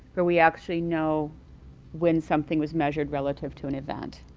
or we actually know when something was measured relative to an event.